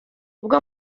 bwo